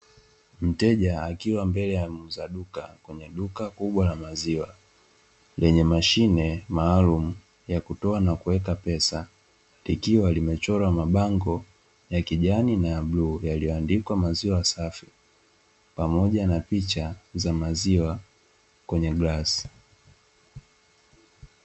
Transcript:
Mteja akiwa mbele ya muuza duka la maziwa lenye mashine maalumu yaakutoa nakuweka pesa likiwa na bango kubwa la bluu yaliyoandikwa maziwa safi pamoja na picha za maziwa kwenye glasi